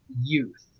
youth